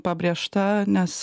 pabrėžta nes